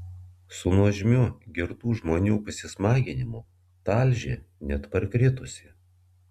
su nuožmiu girtų žmonių pasismaginimu talžė net parkritusį